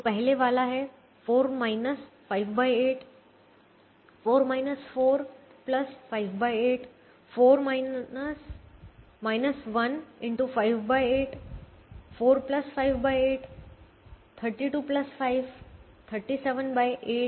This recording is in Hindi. तो पहले वाला है 4 58 4 4 58 4 1 x 58 4 58 32 5 37 8